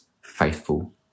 faithful